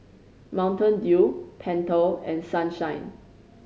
Mountain Dew Pentel and Sunshine